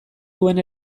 duen